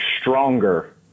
stronger